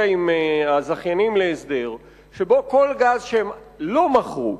עם הזכיינים להסדר שבו כל גז שהם מכרו,